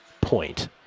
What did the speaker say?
point